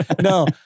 No